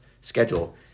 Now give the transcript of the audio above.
schedule